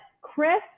Chris